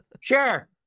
Sure